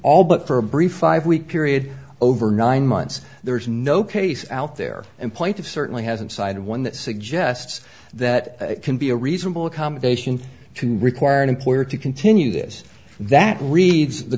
all but for a brief five week period over nine months there is no case out there and point of certainly hasn't signed one that suggests that can be a reasonable accommodation to require an employer to continue this that reads the